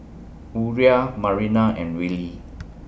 Uriah Marina and Willy